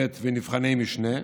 י"ב ונבחני משנה.